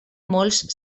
molts